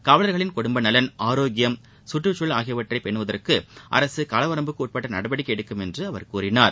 காவலர்களின் குடும்பநலன் ஆரோக்கியம் சுற்றுச்சூழல் ஆகியவற்றை பேனுவதற்கு அரசு காலவரம்புக்கு உட்பட்ட நடவடிக்கை எடுக்கும் என்று அவர் கூறினார்